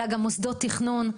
אלא גם מוסדות תכנון,